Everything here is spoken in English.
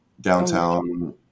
downtown